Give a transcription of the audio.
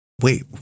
wait